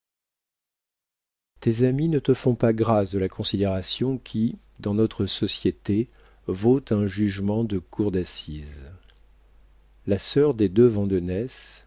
tes amis ne te font pas grâce de la considération qui dans notre société vaut un jugement de cour d'assises la sœur des deux